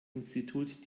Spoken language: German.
institut